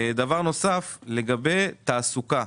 דבר נוסף, לגבי תעסוקה